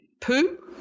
Poo